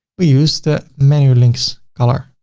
we use the manual links color